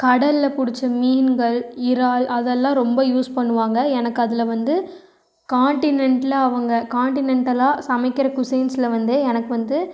கடலில் பிடிச்ச மீன்கள் இறால் அதெல்லாம் ரொம்ப யூஸ் பண்ணுவாங்க எனக்கு அதில் வந்து கான்ட்டினென்ட்டில் அவங்கள் கான்ட்டினென்ட்டலாக சமைக்கிற குசைன்ஸில் வந்து எனக்கு வந்து